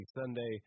Sunday